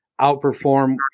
outperform